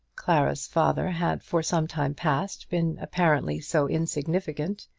clara's father had for some time past been apparently so insignificant,